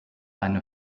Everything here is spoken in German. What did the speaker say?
eine